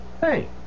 Hey